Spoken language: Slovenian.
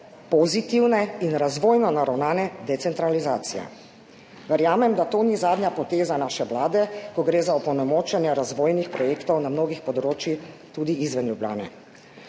pozitivne in razvojno naravnane decentralizacije. Verjamem, da to ni zadnja poteza naše vlade, ko gre za opolnomočenje razvojnih projektov na mnogih področjih, tudi izven Ljubljane.